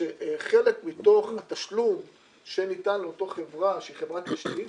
שחלק מתוך התשלום שניתן לאותה חברה שהיא חברת תשתית